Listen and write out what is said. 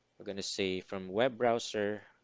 we're gonna say from web browser